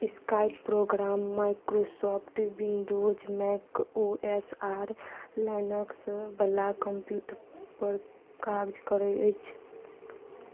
Skype program Microsoft Windows Mac O S आओर लाइनेक्सवला कम्प्यूटरपर काज करै अछि